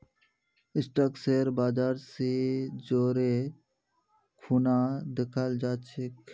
stock share बाजर स जोरे खूना दखाल जा छेक